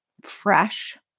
fresh